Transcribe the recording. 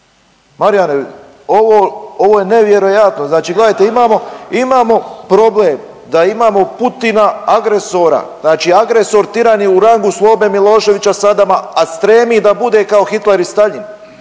Marijane, ovo je nevjerojatno. Znači gledajte imamo problem da imamo Putina agresora, znači agresor, tiran je u rangu Slobe Miloševića, SAdama, a stremi da bude kao Hitler i Staljin.